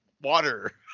water